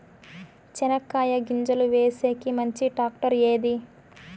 చెనక్కాయ గింజలు వేసేకి మంచి టాక్టర్ ఏది?